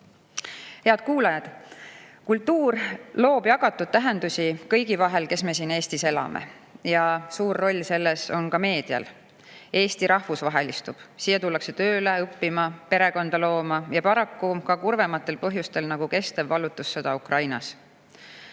kuulajad! Kultuur loob jagatud tähendusi kõigi vahel, kes me siin Eestis elame. Suur roll selles on ka meedial. Eesti rahvusvahelistub. Siia tullakse tööle, õppima, perekonda looma ja paraku ka kurvematel põhjustel, nagu kestev vallutussõda Ukrainas.